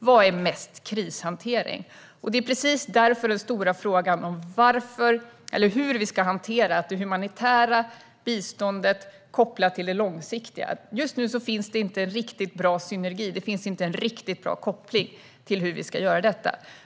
Vad leder till mest krishantering? Den stora frågan är därför hur vi ska hantera det humanitära biståndet kopplat till det långsiktiga. Just nu finns ingen riktigt bra synergi. Det finns inte någon riktigt bra koppling.